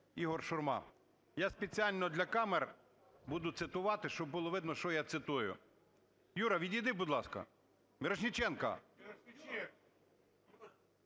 Ігор Шурма. Я спеціально для камер буду цитувати, щоб було видно, що я цитую. Юра, відійди, будь ласка, Мірошниченко!